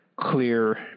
clear